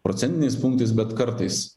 procentiniais punktais bet kartais